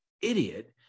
idiot